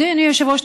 אדוני היושב-ראש,